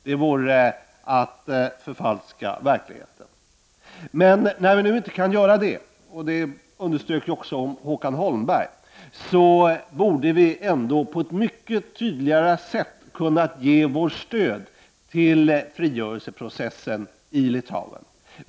Det vore att förfalska verkligheten. Så länge vi nu inte kan göra det — vilket också Håkan Holmberg underströk — borde vi ändå på ett mycket tydligare sätt kunna ge vårt stöd till frigörelseprocessen i Litauen.